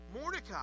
Mordecai